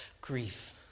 grief